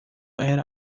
era